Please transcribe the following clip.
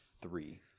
three